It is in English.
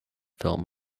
film